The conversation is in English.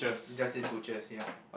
it just says butcher yup